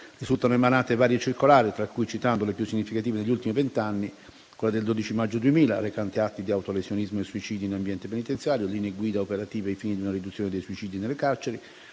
risultano emanate varie circolari, tra cui citerò le più significative negli ultimi vent'anni, come quella emanata in data 12 maggio 2000, recante: "Atti di autolesionismo e suicidi in ambiente penitenziario: linee guida operative ai fini di una riduzione dei suicidi nelle carceri";